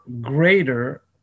greater